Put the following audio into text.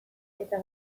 eta